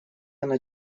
оно